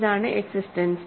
ഇതാണ് എക്സിസ്റ്റൻസ്